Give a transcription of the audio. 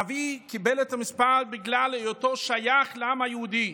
אבי קיבל את המספר בגלל היותו שייך לעם היהודי.